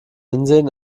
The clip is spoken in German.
hinsehen